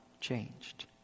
changed